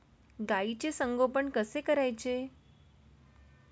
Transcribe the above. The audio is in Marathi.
गाईचे संगोपन कसे करायचे?